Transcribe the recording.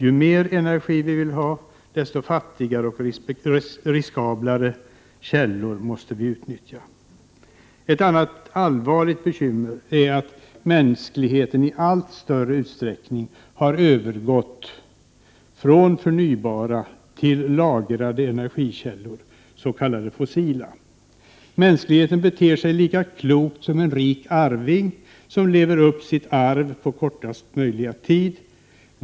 Ju mer energi vi vill ha, desto fattigare och riskablare källor måste vi utnyttja. Ett annat allvarligt bekymmer är att mänskligheten i allt större utsträckning har övergått från förnybara till lagrade energikällor — fossila. Mänskligheten beter sig lika klokt som en rik arvinge som lever upp sitt arv på kortast möjliga tid.